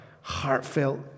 heartfelt